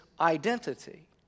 identity